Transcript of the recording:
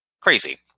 crazy